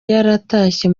yaratashye